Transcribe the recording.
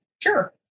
sure